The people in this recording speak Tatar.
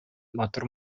матур